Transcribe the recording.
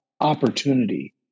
opportunity